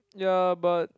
ya but